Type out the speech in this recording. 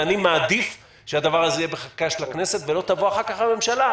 ואני מעדיף שהדבר הזה יהיה בחקיקה של הכנסת ולא שתבוא אחר כך הממשלה,